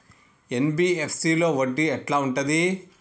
NBFC లో వడ్డీ ఎట్లా ఉంటది?